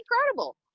incredible